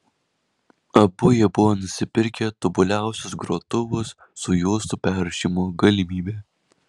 abu jie buvo nusipirkę tobuliausius grotuvus su juostų perrašymo galimybe